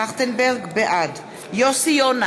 בעד יוסי יונה,